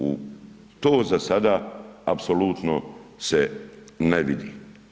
U to za sada apsolutno se ne vidi.